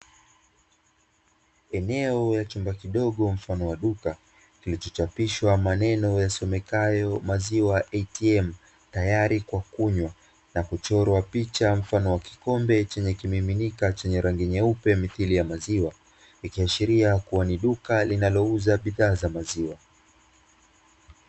Eneo la chumba kidogo mfano wa duka, kilichochapishwa maneno yasomekayo "MAZIWA ATM, tayari kwa Kunywa" na kuchorwa picha mfano wa kikombe chenye kimiminika chenye rangi nyeupe mithili ya maziwa, ikiashiria kuwa ni duka linalouza bidhaa za maziwa.